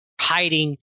hiding